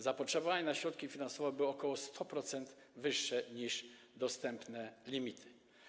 Zapotrzebowanie na środki finansowe było o ok. 100% większe niż dostępne limity.